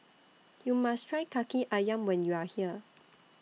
YOU must Try Kaki Ayam when YOU Are here